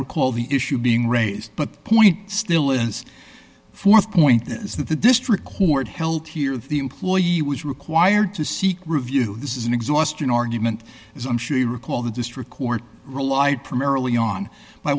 recall the issue being raised but point still is th point is that the district court held here the employee was required to seek review this is an exhaustion argument as i'm sure you recall the district court rely primarily on